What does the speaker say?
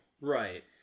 right